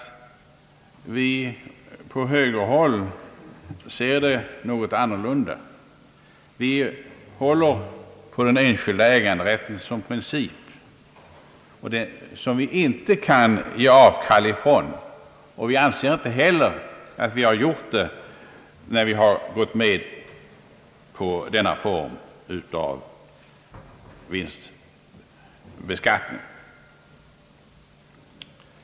Vi på högerhåll ser det något annorlunda. Vi håller på den enskilda äganderätten som en princip, som vi inte kan ge avkall på. Vi anser inte heller att vi har gjort det, när vi gått med på denna form av kapitalvinstbeskattning.